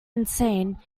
insane